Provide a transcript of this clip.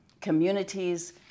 communities